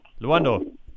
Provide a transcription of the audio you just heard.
luando